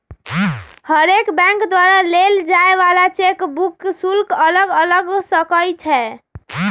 हरेक बैंक द्वारा लेल जाय वला चेक बुक शुल्क अलग अलग हो सकइ छै